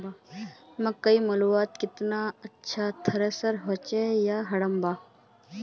मकई मलवार केते अच्छा थरेसर होचे या हरम्बा?